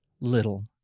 little